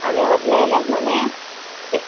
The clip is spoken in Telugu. అదే వదిలేయలేము కానీ తీ